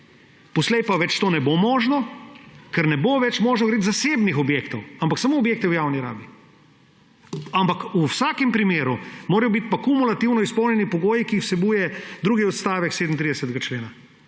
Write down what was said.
Poslej pa več to ne bo možno, ker ne bo več možno graditi zasebnih objektov, ampak samo objekte v javni rabi. Ampak v vsakem primeru morajo biti pa kumulativno izpolnjeni pogoji, ki jih vsebuje drugi odstavek 37. člena.